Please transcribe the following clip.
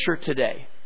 today